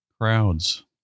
crowds